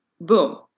boom